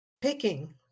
picking